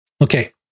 Okay